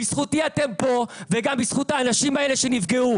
בזכותי אתם כאן וגם בזכות האנשים האלה שנפגע.